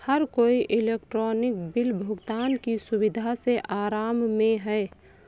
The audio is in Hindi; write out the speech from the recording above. हर कोई इलेक्ट्रॉनिक बिल भुगतान की सुविधा से आराम में है